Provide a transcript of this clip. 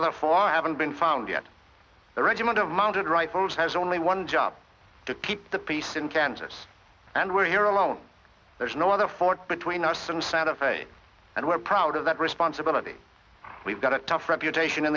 other four haven't been found yet the regiment of mounted right has only one job to keep the peace in kansas and we're here alone there's no other forth between us and set up and we're proud of that responsibility we've got a tough reputation in